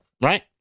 right